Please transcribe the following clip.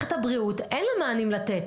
למערכת הבריאות אין מענים לתת.